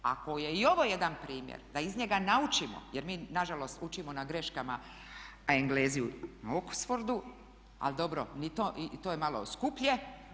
Ako je i ovo jedan primjer da iz njega naučimo, jer mi na žalost učimo na greškama a Englezi u Oxfordu, ali dobro i to je malo skuplje.